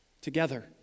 Together